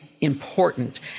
important